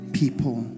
people